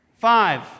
five